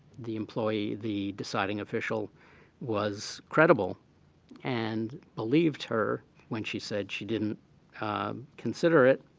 the employee the deciding official was credible and believed her when she said she didn't consider it.